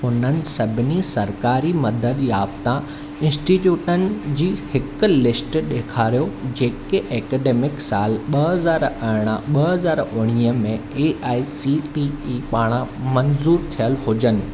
उन्हनि सभिनी सरकारी मदद याफ़्ता इंस्टिट्यूटनि जी हिकु लिस्ट ॾेखारियो जेके एकेडमिक सालु ॿ हज़ार अरिड़हं ॿ हज़ार उणिवीह में A I C T E पारां मंज़ूरु थियलु हुजनि